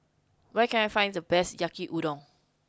where can I find the best Yaki Udon